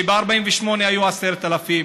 כשב-48' היו 10,000,